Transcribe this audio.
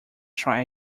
try